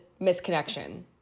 misconnection